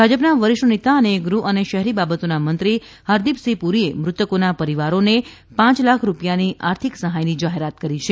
ભાજપના વરિષ્ઠ નેતા અને ગૃહ અને શહેરી બાબતોના મંત્રી હરદીપસિંહ પુરીએ મૃતકોના પરિવારોને પાંચ લાખ રૂપિયાની આર્થિક સહાયની જાહેરાત કરી છે